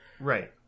right